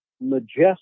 majestic